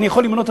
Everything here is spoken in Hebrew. אני יכול למנות,